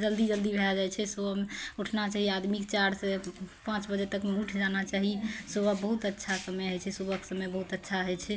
जल्दी जल्दी भए जाइ छै सुबहमे उठना चाही आदमीकेँ चारिसँ पाँच बजे तक मे उठि जाना चाही सुबह बहुत अच्छा समय होइ छै सुबहके समय बहुत अच्छा होइ छै